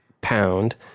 pound